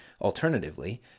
Alternatively